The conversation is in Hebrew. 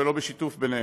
ולא בשיתוף ביניהם.